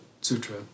Sutra